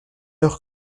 heure